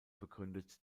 begründet